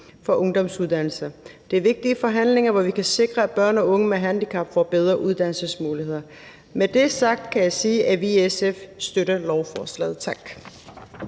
for ungdomsuddannelser. Det er vigtige forhandlinger, hvor vi kan sikre, at børn og unge med handicap får bedre uddannelsesmuligheder. Med det sagt kan jeg sige, at vi i SF støtter lovforslaget. Tak.